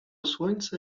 słońce